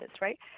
right